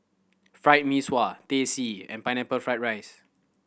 Fried Mee Sua Teh C and Pineapple Fried rice